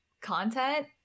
content